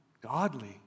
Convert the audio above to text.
godly